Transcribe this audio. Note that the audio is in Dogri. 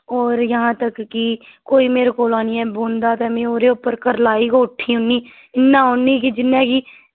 होर जहां तक की कोई मेरे कोल कोई आइयै बौहंदा ते में ओह्दे उप्पर करलाई गै उट्ठनी इन्ना होनी की मिगी